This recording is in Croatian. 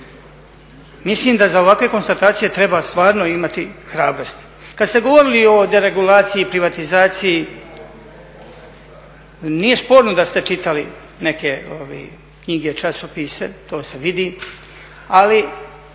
Misli da za ovakve konstatacije treba stvarno imati hrabrosti. Kada ste govorili o deregulaciji i privatizaciji nije sporno da ste čitali neke knjige, časopise, to se vidi ali